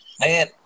Man